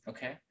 Okay